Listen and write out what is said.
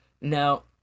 Now